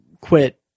quit